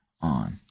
on